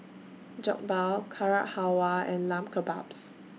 Jokbal Carrot Halwa and Lamb Kebabs